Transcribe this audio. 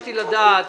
ביקשתי לדעת